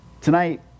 tonight